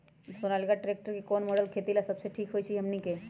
Sonalika tractor के कौन model खेती ला सबसे ठीक होई हमने की?